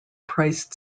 priced